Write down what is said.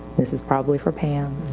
this is probably for pam.